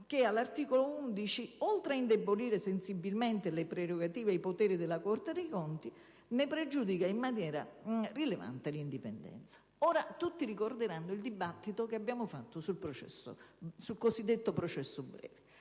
che all'articolo 11, oltre ad indebolire sensibilmente le prerogative e i poteri della Corte dei conti, ne pregiudica in maniera rilevante l'indipendenza. Tutti ricorderanno il dibattito che abbiamo fatto sul cosiddetto processo breve.